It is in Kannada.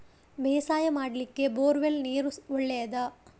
ಬೇಸಾಯ ಮಾಡ್ಲಿಕ್ಕೆ ಬೋರ್ ವೆಲ್ ನೀರು ಒಳ್ಳೆಯದಾ?